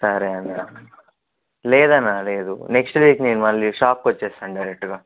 సరే అన్నా లేదు అన్నా లేదు నెక్స్ట్ వీక్ నేను మళ్ళీ షాప్కి వచ్చేస్తాను డైరెక్ట్గా